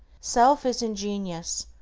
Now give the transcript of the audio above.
self is ingenious,